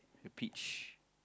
the peach